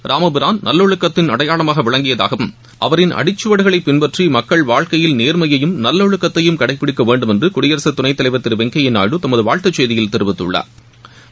இராமபிரான் நல்லொழுக்கத்தின் அடையாளமாக விளங்கியதாகவும் அவரின் அடிச்சுவடுகளை பின்பற்றி வாழ்க்கையில் நேர்மையையும் நல்லொழுக்கத்தையும் கடைபிடிக்க வேண்டுமென்று மக்கள் குடியரசுத் துணைத்தலைவா் திரு வெங்கையா நாயுடு தமது வாழ்த்துச் செய்தியில் தெரிவித்துள்ளாா்